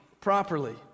properly